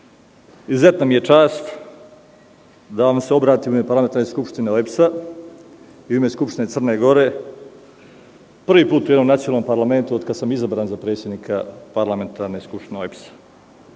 izuzetna mi je čast da vam se obratim u ime Parlamentarne skupštine OEBS–a i u ime Skupštine Crne Gore po prvi put u nacionalnom parlamentu od kada sam izabran za predsednika Parlamentarne skupštine OEBS–a.